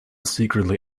secretly